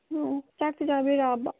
ꯑꯣ ꯆꯥꯛꯇꯤ ꯆꯥꯕꯤꯔꯛꯂꯕꯣ